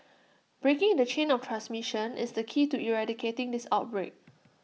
breaking the chain of transmission is the key to eradicating this outbreak